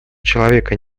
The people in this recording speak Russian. человека